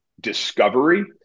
discovery